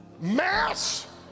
Mass